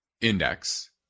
index